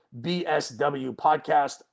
BSWPodcast